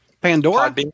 Pandora